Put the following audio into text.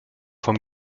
vom